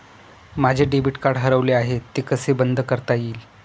माझे debit card हरवले आहे ते कसे बंद करता येईल?